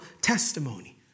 testimony